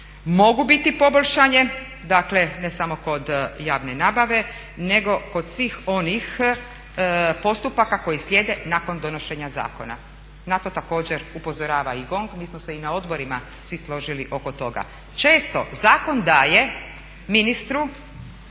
mogu biti poboljšane, dakle ne samo kod javne nabave nego kod svih onih postupaka koji slijede nakon donošenja zakona. Na to također upozorava i GONG. Mi smo se i na odborima svi složili oko toga. Često zakon daje ministru